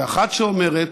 ואחת שאומרת: